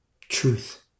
Truth